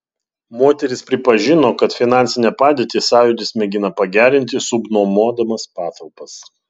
moteris pripažino kad finansinę padėtį sąjūdis mėgina pagerinti subnuomodamas patalpas